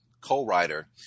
co-writer